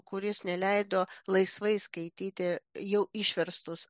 kuris neleido laisvai skaityti jau išverstus